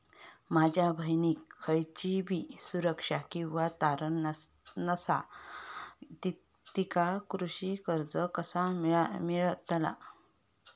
माझ्या बहिणीक खयचीबी सुरक्षा किंवा तारण नसा तिका कृषी कर्ज कसा मेळतल?